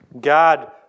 God